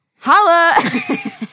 Holla